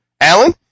Alan